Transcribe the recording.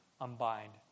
unbind